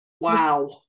Wow